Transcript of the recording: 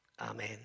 Amen